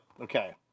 okay